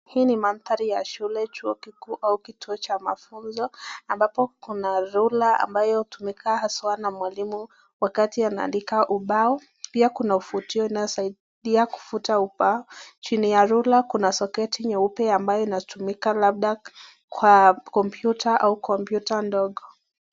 Hii ni mandhari ya shule, chuo kikuu au kituo cha mafunzo ambapo kuna rula ambayo hutumika haswa na mwalimu wakati anaandika ubao. Pia kuna ufutio inayosaidia kufuta ubao. Chini ya rula kuna soketi nyeupe ambayo inatumika labda kwa kompyuta au kompyuta ndogo.